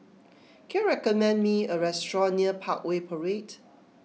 can you recommend me a restaurant near Parkway Parade